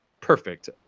perfect